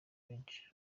benshi